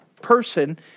person